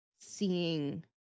seeing